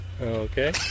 Okay